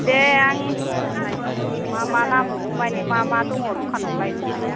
दे आं मा मा नांबावगौ माने मा मा दङ दखानावलाय नोंनालाय